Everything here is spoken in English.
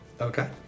Okay